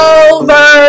over